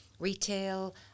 retail